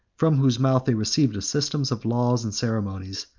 from whose mouth they received a system of laws and ceremonies,